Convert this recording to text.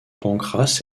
pancras